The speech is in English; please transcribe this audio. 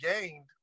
gained